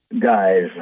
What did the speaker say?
guys